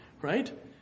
right